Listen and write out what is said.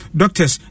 doctors